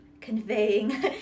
conveying